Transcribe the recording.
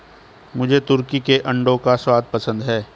मुझे तुर्की के अंडों का स्वाद पसंद है